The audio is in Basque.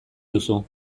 duzu